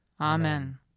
Amen